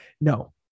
No